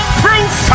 proof